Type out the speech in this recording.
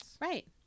Right